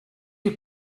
you